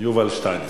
יובל שטייניץ.